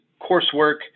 coursework